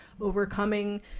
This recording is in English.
overcoming